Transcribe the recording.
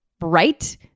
right